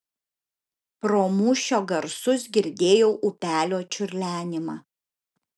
pro mūšio garsus girdėjau upelio čiurlenimą